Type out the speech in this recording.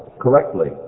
correctly